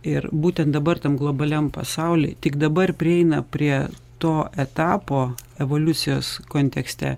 ir būtent dabar tam globaliam pasauly tik dabar prieina prie to etapo evoliucijos kontekste